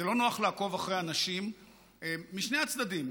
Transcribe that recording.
זה לא נוח לעקוב אחרי אנשים משני הצדדים,